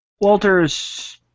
Walter's